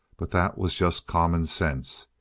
but that was just common sense.